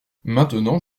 maintenant